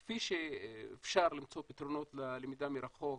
אפשר למצוא פתרונות ללמידה מרחוק,